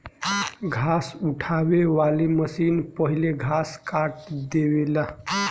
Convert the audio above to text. घास उठावे वाली मशीन पहिले घास काट देवेला